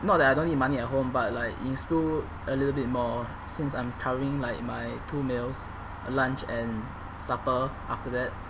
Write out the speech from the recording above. not that I don't need money at home but like in school a little bit more since I'm covering like my two meals lunch and supper after that